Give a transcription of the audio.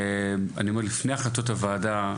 לפני החלטות הוועדה,